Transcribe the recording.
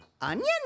Onion